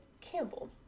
Campbell